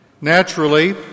Naturally